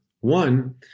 One